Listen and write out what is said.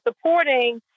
supporting